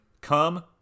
come